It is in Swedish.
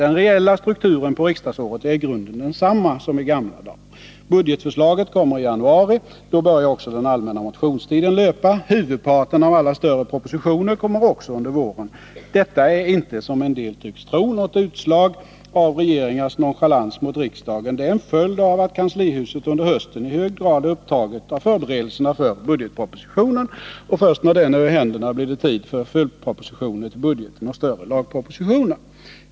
Den reella strukturen på riksdagens arbetsår är i grunden densamma som i gamla dagar. Budgetförslaget kommer i januari. Då börjar också den allmänna motionstiden löpa. Huvudparten av alla större propositioner kommer också under våren. Detta är inte, som en del tycks tro, något utslag av regeringars nonchalans mot riksdagen. Det är en följd av att kanslihuset under hösten i hög grad är upptaget av förberedelserna för budgetpropositionen. Först när den är ur händerna, blir det tid för följdpropositioner till budgeten och större lagpropositioner.